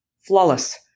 flawless